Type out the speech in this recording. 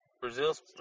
Brazil's